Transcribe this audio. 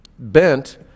bent